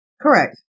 Correct